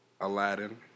Aladdin